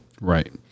right